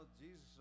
Jesus